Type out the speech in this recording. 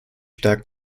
stark